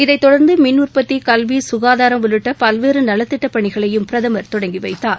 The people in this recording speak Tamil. இதை தொடர்ந்து மின் உற்பத்தி கல்வி சுகாதாரம் உள்ளிட்ட பல்வேறு நலத்திட்டப் பணிகளையும் பிரதமர் தொடங்கி வைத்தார்